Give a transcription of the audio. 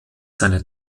seine